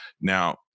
Now